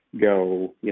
go